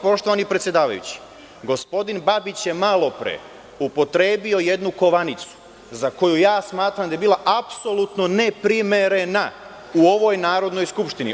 Poštovani predsedavajući, gospodin Babić je malo pre upotrebio jednu kovanicu za koju ja smatram da je bila apsolutno neprimerena u ovoj Narodnoj skupštini.